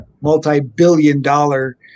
multi-billion-dollar